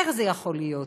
איך זה יכול להיות?